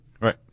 Right